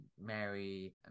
Mary